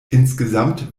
insgesamt